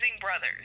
brothers